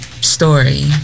story